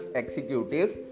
executives